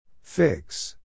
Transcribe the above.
Fix